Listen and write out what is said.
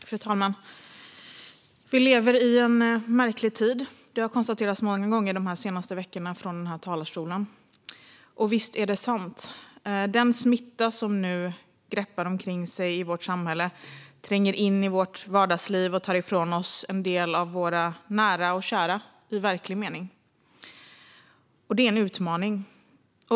Fru talman! Vi lever i en märklig tid. Det har konstaterats många gånger de senaste veckorna från den här talarstolen. Och visst är det sant. Den smitta som nu greppar omkring sig i vårt samhälle tränger in i vårt vardagsliv och tar ifrån en del av oss våra nära och kära i verklig mening. Det är en utmaning.